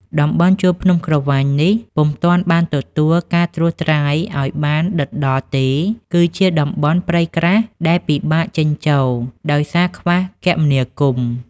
តំបន់ជួរភ្នំក្រវាញនេះ ពុំទាន់បានទទួលការត្រួសត្រាយអោយបានដិតដល់ ទេ គឺជាតំបន់ព្រៃក្រាស់ដែលពិបាកចេញចូលដោយសារខ្វះគមនាគមន៍ ។